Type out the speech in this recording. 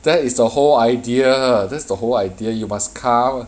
that is the whole idea that's the whole idea you must come